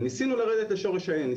וניסינו לרדת לשורש העניין.